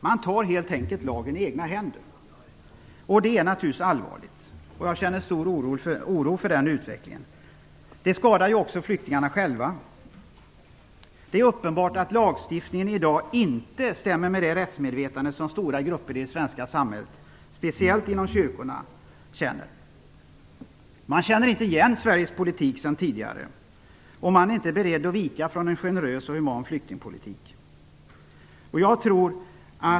Man tar helt enkelt lagen i egna händer, och det är naturligtvis allvarligt. Jag känner stor oro inför den utvecklingen. Det skadar också flyktingarna själva. Det är uppenbart att lagstiftningen i dag inte stämmer med det rättsmedvetande som stora grupper i det svenska samhället, speciellt inom kyrkorna, känner. Man känner inte igen Sveriges politik sedan tidigare, och man är inte beredd att vika från en generös och human flyktingpolitik.